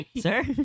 sir